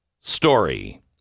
story